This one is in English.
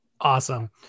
Awesome